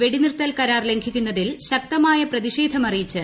വെടിനിർത്തൽ കരാർ ലംഘിക്കുന്നതിൽ ശക്തമായ പ്രതിഷേധം അറിയിച്ച് ഇന്ത്യ